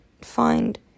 find